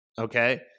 Okay